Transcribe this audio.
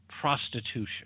prostitution